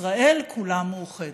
ישראל כולה מאוחדת.